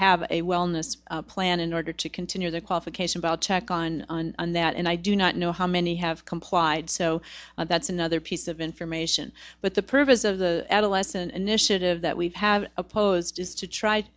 have a wellness plan in order to continue their qualification about check on that and i do not know how many have complied so that's another piece of information but the purpose of the adolescent initiative that we've have opposed is to try